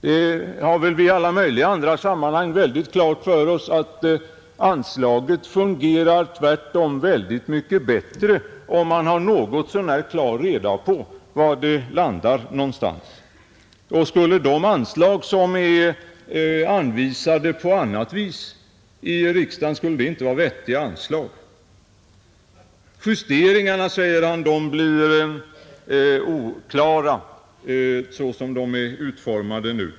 Vi har väl i alla möjliga andra sammanhang klart för oss att ett anslag tvärtom fungerar väldigt mycket bättre om man har något så när reda på var det landar någonstans. Skulle de medel som är anvisade på annat sätt av riksdagen inte vara vettiga anslag? Justeringarna, säger herr Olsson, blir oklara såsom bestämmelserna är utformade nu.